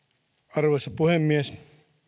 arvoisa puhemies